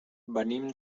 venim